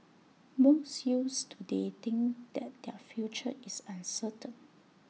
most youths today think that their future is uncertain